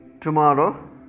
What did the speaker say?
tomorrow